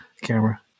camera